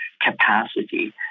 capacity